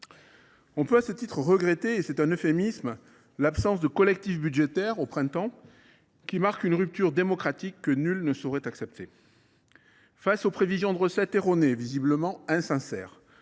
On peut à ce titre regretter, et c’est un euphémisme, l’absence de collectif budgétaire au printemps. Elle marque une rupture démocratique que nul ne saurait accepter. Face aux prévisions de recettes erronées, visiblement insincères,